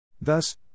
Thus